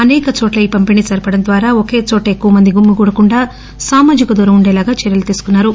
అసేక చోట్ల ఈ పంపిణీ జరపడం ద్వారా ఒకే చోట ఎక్కువ మంది గుమికూడకుండా సామాజిక దూరం ఉండేలాగా చర్చలు తీసుకున్నా రు